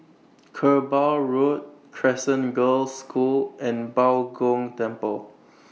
Kerbau Road Crescent Girls' School and Bao Gong Temple